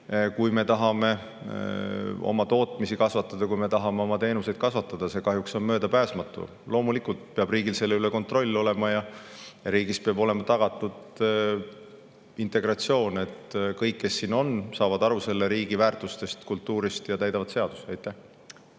Kui me tahame tootmist kasvatada, kui me tahame teenuseid [arendada], siis [sisseränne] on kahjuks möödapääsmatu. Loomulikult peab riigil selle üle kontroll olema. Riigis peab olema tagatud integratsioon, et kõik, kes siin on, saaksid aru selle riigi väärtustest ja kultuurist ning täidaksid seadusi. Aitäh!